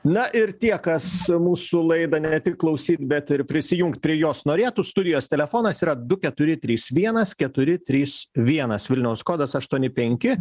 na ir tie kas mūsų laidą ne tik klausyt bet ir prisijungt prie jos norėtų studijos telefonas yra du keturi trys vienas keturi trys vienas vilniaus kodas aštuoni penki